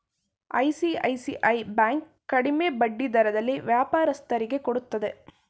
ICICI bank ಕಡಿಮೆ ಬಡ್ಡಿ ದರದಲ್ಲಿ ವ್ಯಾಪಾರಸ್ಥರಿಗೆ ಕೊಡುತ್ತದೆ